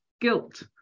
guilt